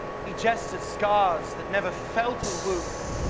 he jests at scars that never felt a wound.